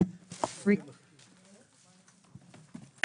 הישיבה ננעלה בשעה 14:40.